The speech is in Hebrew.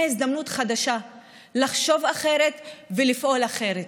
הזדמנות חדשה לחשוב אחרת ולפעול אחרת,